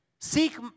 Seek